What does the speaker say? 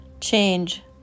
change